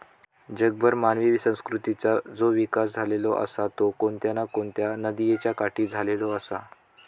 जगभर मानवी संस्कृतीचा जो इकास झालेलो आसा तो कोणत्या ना कोणत्या नदीयेच्या काठी झालेलो आसा